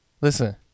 listen